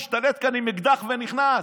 השתלט כאן עם אקדח ונכנס.